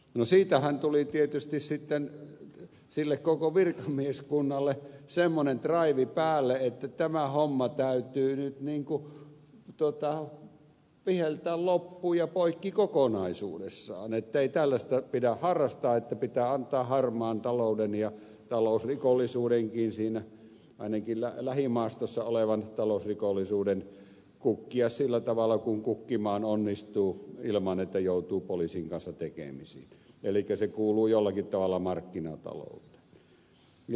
no siitähän tuli tietysti sitten sille koko virkamieskunnalle semmoinen draivi päälle että tämä homma täytyy nyt niin kuin viheltää loppuun ja poikki kokonaisuudessaan ettei tällaista pidä harrastaa pitää antaa harmaan talouden ja talousrikollisuudenkin ainakin siinä lähimaastossa olevan talousrikollisuuden kukkia sillä tavalla kuin kukkimaan onnistuu ilman että joutuu poliisin kanssa tekemisiin elikkä se kuuluu jollakin tavalla markkinatalouteen